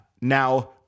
now